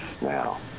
Now